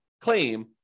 claim